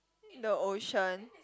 the ocean